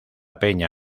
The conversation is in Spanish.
peña